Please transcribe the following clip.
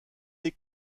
est